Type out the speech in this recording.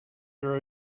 your